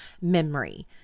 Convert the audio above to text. memory